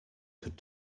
could